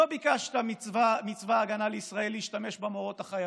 לא ביקשת מצבא ההגנה לישראל להשתמש במורות החיילות,